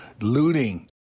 looting